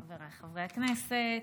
חבריי חברי הכנסת,